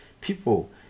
People